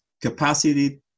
capacity